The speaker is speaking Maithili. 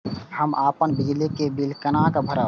हम अपन बिजली के बिल केना भरब?